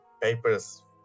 papers